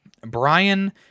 Brian